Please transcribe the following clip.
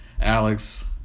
Alex